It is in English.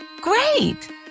Great